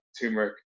turmeric